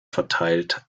verteilt